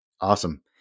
Awesome